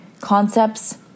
concepts